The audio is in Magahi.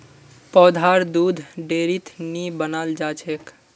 पौधार दुध डेयरीत नी बनाल जाछेक